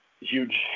huge